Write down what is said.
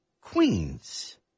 Queen's